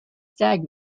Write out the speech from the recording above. stag